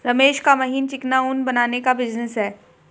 रमेश का महीन चिकना ऊन बनाने का बिजनेस है